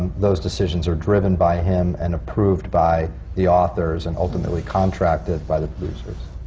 those decisions are driven by him and approved by the authors and ultimately contracted by the producers.